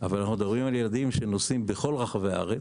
אבל אנחנו מדברים על ילדים שנוסעים בכל רחבי הארץ.